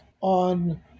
on